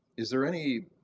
is there any